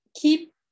keep